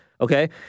Okay